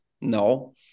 No